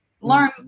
learn